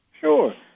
sure